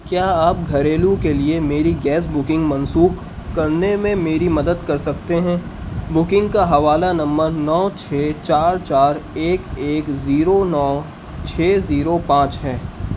کیا آپ گھریلو کے لیے میری گیس بکنگ منسوخ کرنے میں میری مدد کر سکتے ہیں بکنگ کا حوالہ نمبر نو چھ چار چار ایک ایک زیرو نو چھ زیرو پانچ ہے